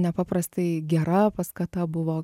nepaprastai gera paskata buvo